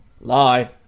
Lie